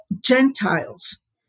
Gentiles